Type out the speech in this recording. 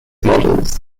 models